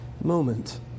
moment